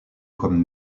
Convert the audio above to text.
comme